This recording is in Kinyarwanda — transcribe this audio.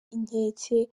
inkeke